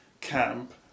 camp